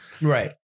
Right